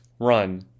run